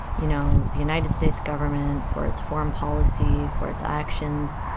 you know, the united states government for its foreign policy, for its actions,